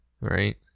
Right